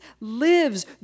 lives